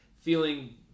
feeling